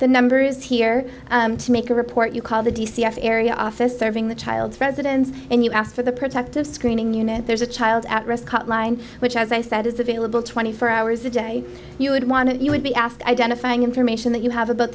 the number is here to make a report you call the d c s area office serving the child's residence and you ask for the protective screening unit there's a child at rest cutline which as i said is available twenty four hours a day you would want to you would be asked identifying information that you have about